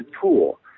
tool